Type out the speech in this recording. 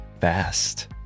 fast